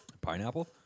pineapple